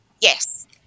Yes